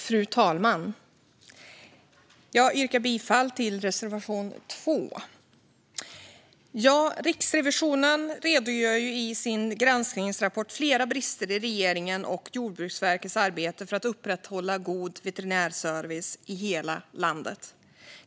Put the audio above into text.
Fru talman! Jag yrkar bifall till reservation 2. Riksrevisionen redogör i sin granskningsrapport för flera brister i regeringens och Jordbruksverkets arbete för att upprätthålla god veterinär service i hela landet.